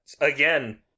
Again